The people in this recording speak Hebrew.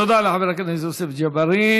תודה לחבר הכנסת יוסף ג'בארין.